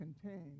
contained